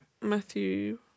Matthew